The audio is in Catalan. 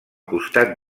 costat